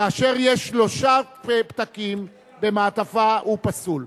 כאשר יש שלושה פתקים במעטפה הוא פסול.